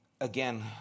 again